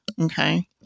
Okay